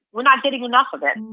we're not getting enough of it